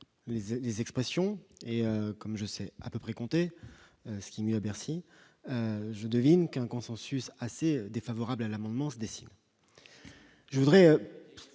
des expressions et comme je sais à peu près compter, ce qui ne Bercy je devine qu'un consensus assez défavorable à l'amendement se dessine je voudrais